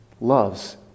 loves